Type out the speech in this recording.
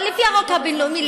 אבל לפי החוק הבין-לאומי,